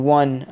one